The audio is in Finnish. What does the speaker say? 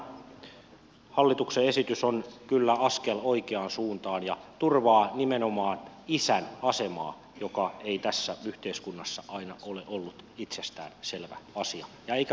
mielestäni tämä hallituksen esitys on kyllä askel oikeaan suuntaan ja turvaa nimenomaan isän asemaa joka ei tässä yhteiskunnassa aina ole ollut itsestään selvä asia eikä ole vieläkään